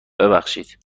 ببخشید